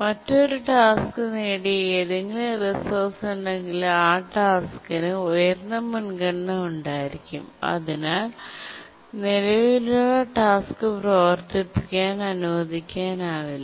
മറ്റൊരു ടാസ്ക് നേടിയ ഏതെങ്കിലും റിസോഴ്സ് ഉണ്ടെങ്കിൽ ആ ടാസ്കിന് ഉയർന്ന മുൻഗണന ഉണ്ടായിരിക്കും അതിനാൽ നിലവിലുള്ള ടാസ്ക് പ്രവർത്തിപ്പിക്കാൻ അനുവദിക്കാനാവില്ല